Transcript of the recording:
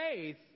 faith